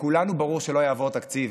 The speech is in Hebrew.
לכולנו ברור שלא יעבור תקציב,